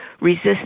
resist